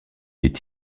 est